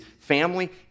family